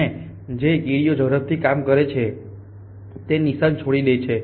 અને જે કીડી ઝડપથી કામ કરે છે તે નિશાન છોડી દે છે